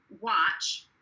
watch